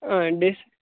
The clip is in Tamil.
ஆ டிஸ்